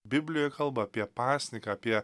biblijoj kalba apie pasninką apie